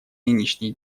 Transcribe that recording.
нынешней